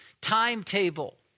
timetable